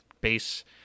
base